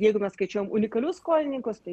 jeigu mes skaičiuojam unikalius skolininkus tai